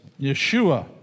Yeshua